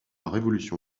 révolution